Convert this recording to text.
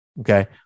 Okay